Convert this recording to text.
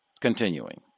Continuing